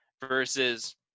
versus